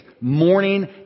morning